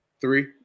Three